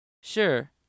Sure